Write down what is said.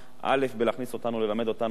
בלהכניס אותנו וללמד אותנו את המאטריה,